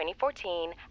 2014